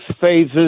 phases